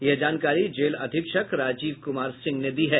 यह जानकारी जेल अधीक्षक राजीव कुमार सिंह ने दी है